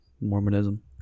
Mormonism